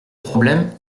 problème